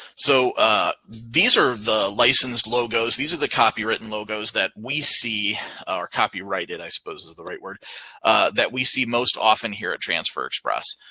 so ah these are the licensed logos. these are the copywritten logos that we see or copyrighted, i suppose is the right word that we see most often here at transfer express.